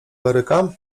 baryka